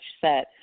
set